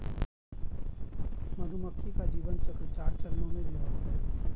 मधुमक्खी का जीवन चक्र चार चरणों में विभक्त है